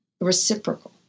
reciprocal